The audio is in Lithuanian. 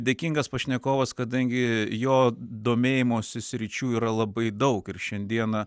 dėkingas pašnekovas kadangi jo domėjimosi sričių yra labai daug ir šiandieną